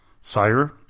Sire